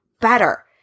better